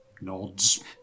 Nods